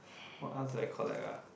what else do I collect ah